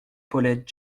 paulette